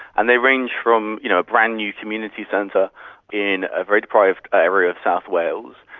and they range from you know a brand-new community centre in a very deprived area of south wales,